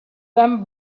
them